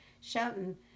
shouting